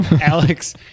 Alex